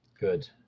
Good